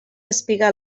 espiga